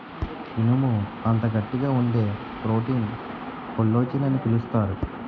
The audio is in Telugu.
ఇనుము అంత గట్టిగా వుండే ప్రోటీన్ కొల్లజాన్ అని పిలుస్తారు